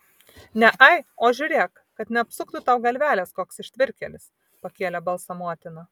ne ai o žiūrėk kad neapsuktų tau galvelės koks ištvirkėlis pakėlė balsą motina